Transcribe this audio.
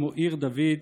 כמו עיר דוד,